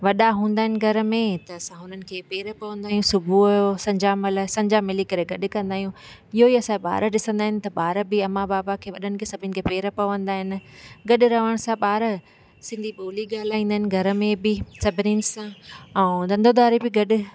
वॾा हूंदा आहिनि घर में त असां हुनखे पेरु पवंदा आहियूं सुबुह जो संझा महिल संझा मिली करे गॾु कंदा आहियूं इहो ई असां ॿार ॾिसंदा आहिनि त ॿार बि अमा बाबा खे वॾनि खे सभिनी खे पेरु पवंदा आहिनि गॾु रहण सां ॿार सिंधी ॿोली ॻाल्हाईंदा आहिनि घर में बि सभिनिनि सां ऐं धंधो दारी बि गॾु